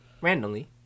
Randomly